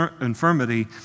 infirmity